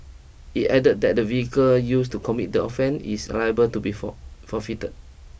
it added that the vehicle used to commit the offence is liable to be for forfeited